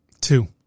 Two